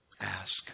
Ask